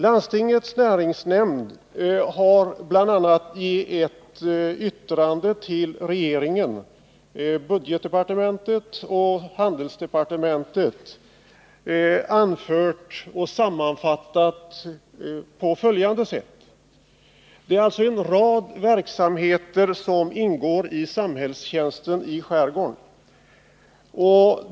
Landstingets näringsnämnd har i ett yttrande till regeringen — till budgetdepartementet och handelsdepartementet — anfört bl.a. ungefär följande: En rad verksamheter ingår i samhällstjänsten i skärgården.